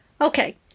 Okay